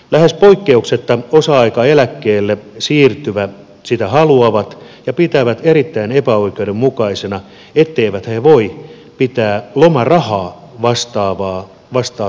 lähes poikkeuksetta osa aikaeläkkeelle siirtyvät sitä haluavat ja pitävät erittäin epäoikeudenmukaisena etteivät he voi pitää lomarahaa vastaavia lomapäiviä